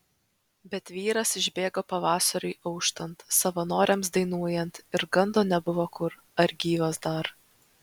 bet vyras išbėgo pavasariui auštant savanoriams dainuojant ir gando nebuvo kur ar gyvas dar